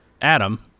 Adam